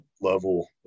level